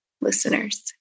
listeners